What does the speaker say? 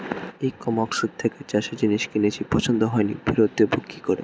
ই কমার্সের থেকে চাষের জিনিস কিনেছি পছন্দ হয়নি ফেরত দেব কী করে?